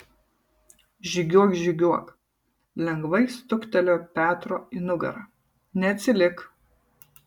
žygiuok žygiuok lengvai stuktelėjo petro į nugarą neatsilik